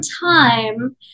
time